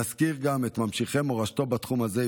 נזכיר גם את ממשיכי מורשתו בתחום הזה,